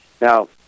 Now